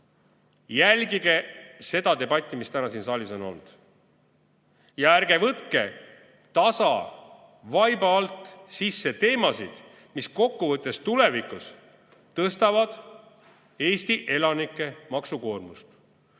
jälgige seda debatti, mis täna siin saalis on olnud! Ja ärge võtke tasa vaiba alt sisse teemasid, mis kokkuvõttes tulevikus tõstavad Eesti elanike maksukoormust.